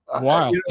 Wow